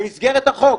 במסגרת החוק.